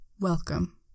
welcome